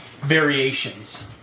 variations